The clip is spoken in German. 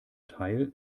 teil